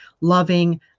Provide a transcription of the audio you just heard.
loving